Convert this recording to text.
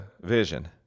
vision